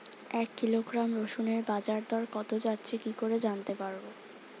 এক কিলোগ্রাম রসুনের বাজার দর কত যাচ্ছে কি করে জানতে পারবো?